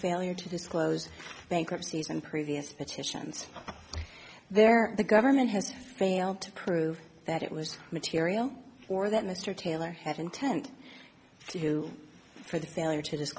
failure to disclose bankruptcies and previous petitions there the government has failed to prove that it was material or that mr taylor had intent to for the failure to